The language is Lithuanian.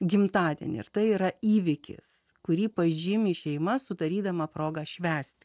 gimtadienį ir tai yra įvykis kurį pažymi šeima sudarydama progą švęsti